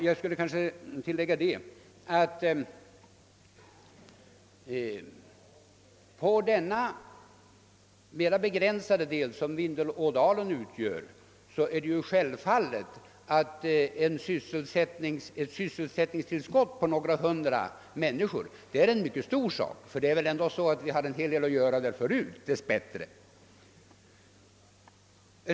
Jag skall kanske tillägga att för detta mera begränsade område som Vindelådalen utgör är ett sysselsättningstillskott på några hundra människor en mycket stor sak. Vi har ju dock en viss sysselsättning där förut, dess bättre.